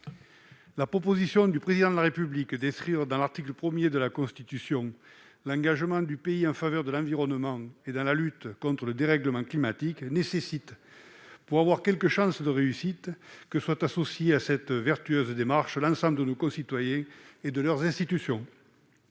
La proposition du Président de la République d'inscrire à l'article 1 de la Constitution l'engagement du pays en faveur de l'environnement et dans la lutte contre le dérèglement climatique nécessite, pour avoir quelque chance de succès, d'associer à cette démarche vertueuse l'ensemble de nos concitoyens et de nos institutions.